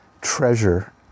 treasure